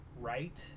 right